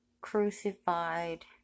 crucified